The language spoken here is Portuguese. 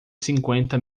cinquenta